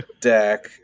deck